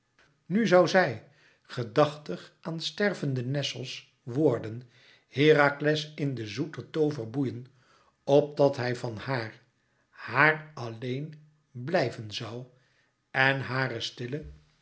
nù zoû zij gedachtig aan stervenden nessos woorden herakles in den zoeten toover boeien opdat hij van haar haàr alleen blijven zoû en hare stille